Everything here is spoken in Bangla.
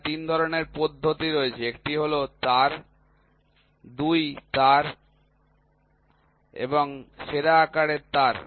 এখানে ৩ ধরণের পদ্ধতি রয়েছে একটি হল একটি তার ২ তার এবং সেরা আকারের তার